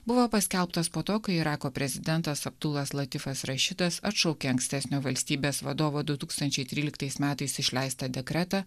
buvo paskelbtas po to kai irako prezidentas abdulas rašitas atšaukė ankstesnio valstybės vadovo du tūkstančiai tryliktais metais išleistą dekretą